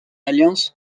alliance